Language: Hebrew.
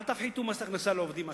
אל תפחיתו מס הכנסה לעובדים עשירים,